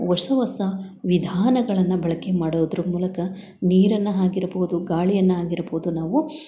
ಹೊಸ ಹೊಸ ವಿಧಾನಗಳನ್ನು ಬಳಕೆ ಮಾಡೋದ್ರ ಮೂಲಕ ನೀರನ್ನು ಆಗಿರ್ಬೋದು ಗಾಳಿಯನ್ನು ಆಗಿರ್ಬೋದು ನಾವು